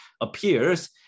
appears